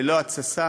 ללא התססה,